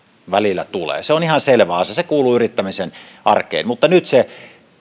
välillä tulee se on ihan selvä asia se kuuluu yrittämisen arkeen mutta nyt se